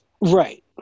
Right